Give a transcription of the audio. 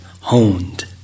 honed